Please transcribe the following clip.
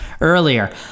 earlier